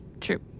True